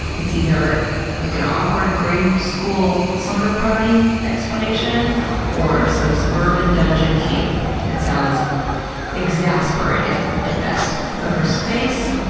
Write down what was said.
it's either like an awkward grade and school slumber party explanation or some suburban dungeon kink that sounds exasperating, at best. but for space,